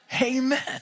Amen